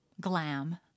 glam